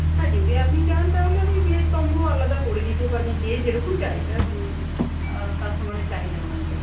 হ্যাঁ যদি আপনি চান তাহলে আমি ভেজ কম্বো আলাদা করে দিতে পারি যে যেরকম চায় এটা কাস্টমারের চাহিদা অনুযায়ী